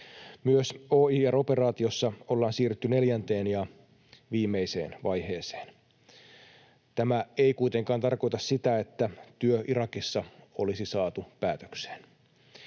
Myös OIR-operaatiossa ollaan siirrytty neljänteen ja viimeiseen vaiheeseen. Tämä ei kuitenkaan tarkoita sitä, että työ Irakissa olisi saatu päätökseen.